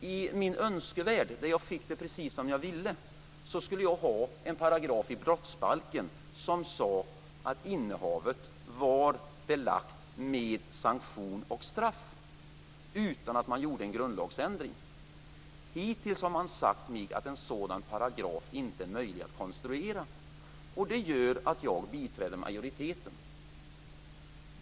I min önskevärld - där jag fick det precis som jag ville - skulle jag ha en paragraf i brottsbalken som sade att innehavet var belagt med sanktion och straff utan att man gjorde en grundlagsändring. Hittills har man sagt mig att en sådan paragraf inte är möjligt att konstruera. Det gör att jag biträder majoriteten.